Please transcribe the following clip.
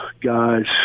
guys